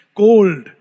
cold